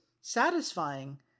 satisfying